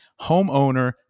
homeowner